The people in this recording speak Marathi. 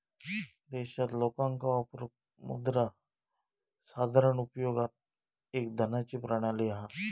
देशात लोकांका वापरूक मुद्रा साधारण उपयोगात एक धनाची प्रणाली हा